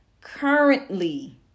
currently